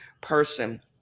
person